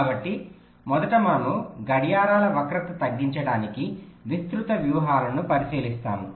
కాబట్టి మొదట మనము గడియారాల వక్రత తగ్గించడానికి విస్తృత వ్యూహాలను పరిశీలిస్తాము